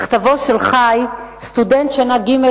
מכתבו של חי, סטודנט שנה ג'